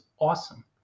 awesome